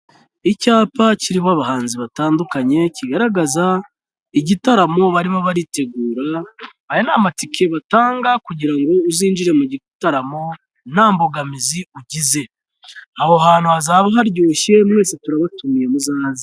Icyapa kirimo abahanzi batandukanye kigaragaza igitaramo barimo baritegura aya ni amatike batanga kugira ngo uzinjire mu gitaramo nta mbogamizi ugize aho hantu hazaba haryoshye mwese turabatumiye muzaze.